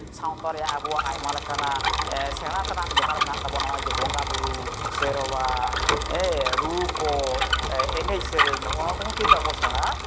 ᱥᱟᱶᱛᱟ ᱨᱮᱭᱟᱜ ᱟᱵᱚᱣᱟᱜ ᱟᱭᱢᱟ ᱞᱮᱠᱟᱱᱟᱜ ᱥᱮᱬᱟ ᱛᱮᱱᱟᱜ ᱵᱮᱯᱟᱨ ᱢᱮᱱᱟᱜ ᱛᱟᱵᱚᱱᱟ ᱱᱚᱜᱼᱚᱭ ᱡᱮ ᱵᱚᱸᱜᱟᱼᱵᱩᱨᱩ ᱥᱮᱨᱣᱟ ᱨᱩ ᱠᱚ ᱮᱱᱮᱡ ᱥᱮᱨᱮᱧ ᱱᱚᱜᱼᱚ ᱱᱚᱣᱟ ᱠᱚᱦᱚᱸ ᱠᱤᱱᱛᱩ ᱟᱵᱚ ᱥᱮᱬᱟ